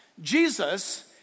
Jesus